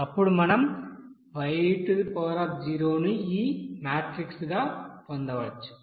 అప్పుడు మనం y ని ఈ మాట్రిక్ గా పొందవచ్చు